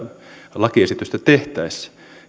lakiesitystä tehtäessä